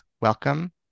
Welcome